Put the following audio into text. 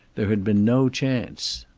there had been no chance.